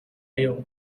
يوم